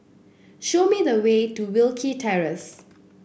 show me the way to Wilkie Terrace